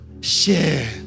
Share